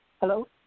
Hello